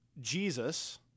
Jesus